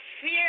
fear